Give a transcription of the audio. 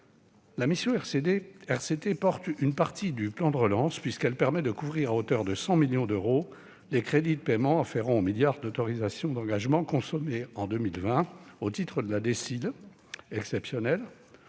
La mission RCT porte une partie du plan de relance puisqu'elle permet de couvrir, à hauteur de 100 millions d'euros, les crédits de paiement afférents au milliard d'euros d'autorisations d'engagement consommées en 2020 au titre de la DSIL exceptionnelle